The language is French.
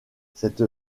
cette